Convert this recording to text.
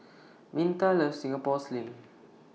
Minta loves Singapore Sling